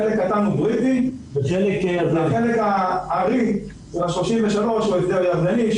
חלק קטן עוד לא יודעים והחלק הארי הוא ה-33 על ידי הירדנים...